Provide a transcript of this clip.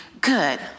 good